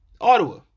Ottawa